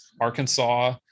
Arkansas